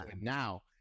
now